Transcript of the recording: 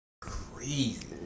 crazy